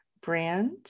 brand